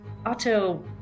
auto